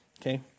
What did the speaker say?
Okay